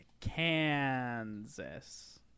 Kansas